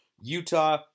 Utah